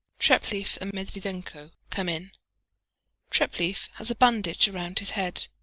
treplieff and medviedenko come in treplieff has a bandage around his head.